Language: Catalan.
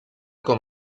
com